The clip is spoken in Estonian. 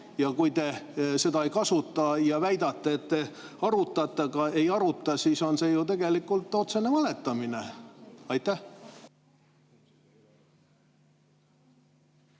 aga kui te seda ei kasuta ja väidate, et arutate, aga ei aruta, siis on see ju tegelikult otsene valetamine. Aitäh,